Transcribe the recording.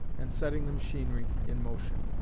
and setting the machinery in motion